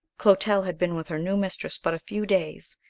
clotel had been with her new mistress but a few days,